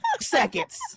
seconds